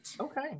Okay